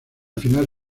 final